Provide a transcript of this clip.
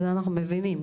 את זה אנחנו מבינים.